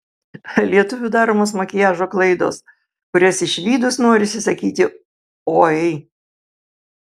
lietuvių daromos makiažo klaidos kurias išvydus norisi sakyti oi